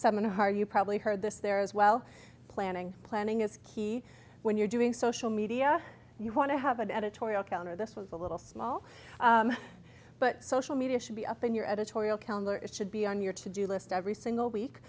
harvey you probably heard this there as well planning planning is key when you're doing social media you want to have an editorial counter this with a little small but social media should be up in your editorial calendar it should be on your to do list every single